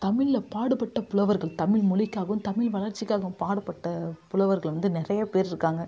தமிழ்ல பாடுப்பட்ட புலவர்கள் தமிழ் மொழிக்காகவும் தமிழ் வளர்ச்சிக்காகவும் பாடுப்பட்ட புலவர்கள் வந்து நிறையா பேர் இருக்காங்க